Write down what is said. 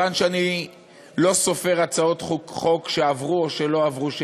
ומכיוון שאני לא סופר הצעות חוק שלי שעברו או שלא עברו,